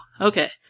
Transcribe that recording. okay